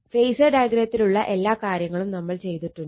phasor ഡയഗ്രത്തിലുള്ള എല്ലാ കാര്യങ്ങളും നമ്മൾ ചെയ്തിട്ടുണ്ട്